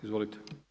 Izvolite.